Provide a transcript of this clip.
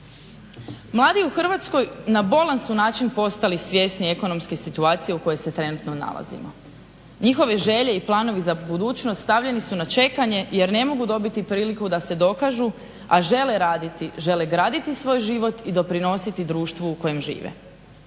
Mladi u Hrvatskoj na bolan su način postali svjesni ekonomske situacije u kojoj se trenutno nalazimo. Njihove želje i planovi za budućnost stavljeni su na čekanje jer ne mogu dobiti priliku da se dokažu, a žele raditi, žele graditi svoj život i doprinositi društvu u kojem žive.